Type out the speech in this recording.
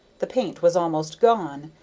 the paint was almost gone,